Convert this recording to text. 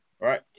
Right